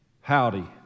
Howdy